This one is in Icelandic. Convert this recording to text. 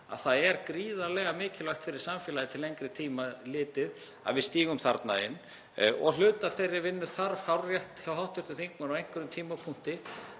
að það er gríðarlega mikilvægt fyrir samfélagið til lengri tíma litið að við stígum þarna inn. Hluti af þeirri vinnu er, það er hárrétt hjá hv. þingmanni, á einhverjum tímapunkti,